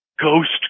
ghost